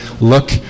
look